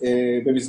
חברים, אנא תנו לה